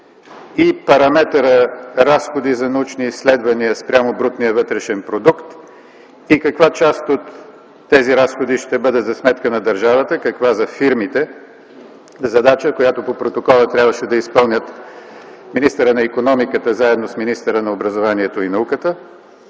и параметъра „Разходи за научни изследвания спрямо брутния вътрешен продукт”, и каква част от тези разходи ще бъдат за сметка на държавата, каква – на фирмите, задача, която по протокола трябваше да изпълнят министъра на икономиката, заедно с министъра на образованието и науката,